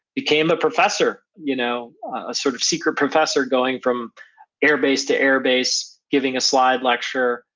became a professor, you know a sort of secret professor going from air base to air base, given a slide lecture,